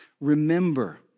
Remember